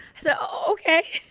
so oh, ok